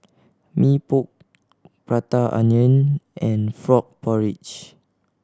Mee Pok Prata Onion and frog porridge